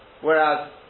Whereas